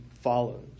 follows